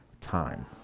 time